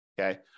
Okay